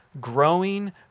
growing